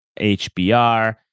HBR